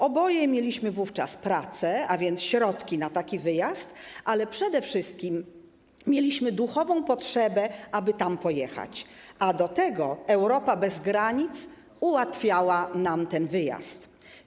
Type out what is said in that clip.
Oboje mieliśmy wówczas pracę, a więc środki na taki wyjazd, ale przede wszystkim mieliśmy duchową potrzebę, aby tam pojechać, a do tego Europa bez granic ułatwiała nam ten wyjazd.